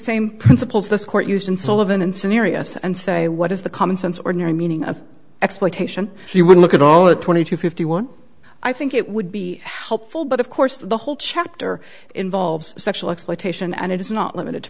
same principles this court used and sullivan and serious and say what is the common sense ordinary meaning of exploitation so you would look at all the twenty to fifty one i think it would be helpful but of course the whole chapter involves sexual exploitation and it is not limited to